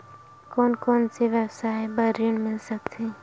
कोन कोन से व्यवसाय बर ऋण मिल सकथे?